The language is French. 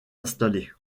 installées